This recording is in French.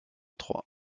trois